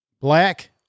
black